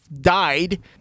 died